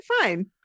fine